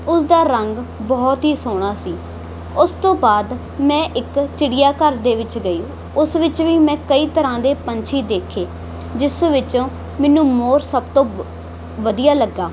ਉਸਦਾ ਰੰਗ ਬਹੁਤ ਹੀ ਸੋਹਣਾ ਸੀ ਉਸ ਤੋਂ ਬਾਅਦ ਮੈਂ ਇੱਕ ਚਿੜੀਆਘਰ ਦੇ ਵਿੱਚ ਗਈ ਉਸ ਵਿੱਚ ਵੀ ਮੈਂ ਕਈ ਤਰ੍ਹਾਂ ਦੇ ਪੰਛੀ ਦੇਖੇ ਜਿਸ ਵਿੱਚੋਂ ਮੈਨੂੰ ਮੋਰ ਸਭ ਤੋਂ ਵਧੀਆ ਲੱਗਾ